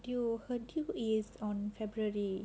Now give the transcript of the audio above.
err I heard is on february